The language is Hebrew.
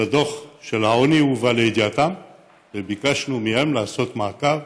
דוח העוני הובא לידיעתם וביקשנו מהם לעשות מעקב